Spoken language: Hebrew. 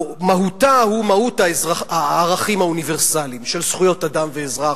או מהותה היא מהות הערכים האוניברסליים של זכויות אדם ואזרח,